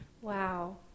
Wow